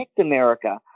America